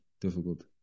difficult